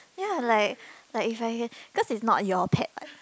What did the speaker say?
ya like like like cause it's not your pet what